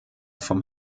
vom